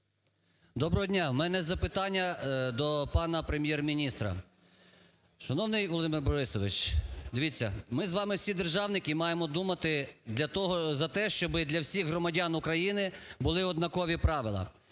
Доброго дня! У мене запитання до пана Прем'єр-міністра. Шановний Володимир Борисович, дивіться, ми з вами всі державники і маємо думати за те, щоб для всіх громадян України були однакові правила.